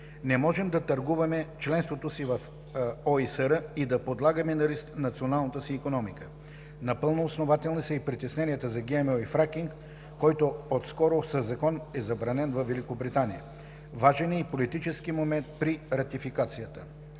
Не можем да търгуваме членството си в ОИСР и да подлагаме на риск националната си икономика. Напълно основателни са и притесненията за ГМО и фракинг, който от скоро със закон е забранен във Великобритания. Важен е и политическият момент при ратификацията.